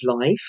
life